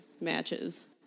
matches